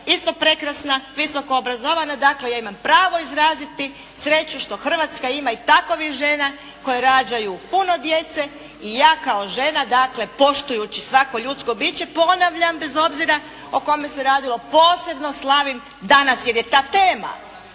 isto prekrasna, visoko obrazovana. Dakle, ja imam pravo izraziti sreću što Hrvatska ima i takovih žena koje rađaju puno djece i ja kao žena dakle poštujući svako ljudsko biće, ponavljam bez obzira o kome se radilo, posebno slavim danas jer je ta tema